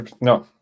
No